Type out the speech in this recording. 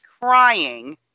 crying